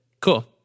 Cool